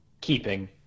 keeping